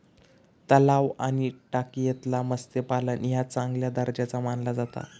तलाव आणि टाकयेतला मत्स्यपालन ह्या चांगल्या दर्जाचा मानला जाता